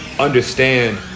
Understand